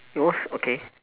it was okay